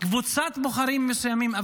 מקבוצת בוחרים מסוימת,